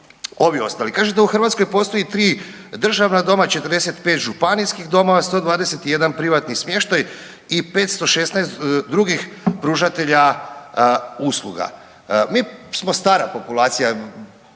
ovi ostali. Kaže da u Hrvatskoj postoji tri državna doma, 45 županijskih domova, 121 privatni smještaj i 516 drugih pružatelja usluga. Mi smo stara populacija.